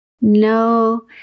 no